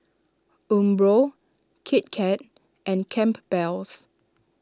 Umbro Kit Kat and Campbell's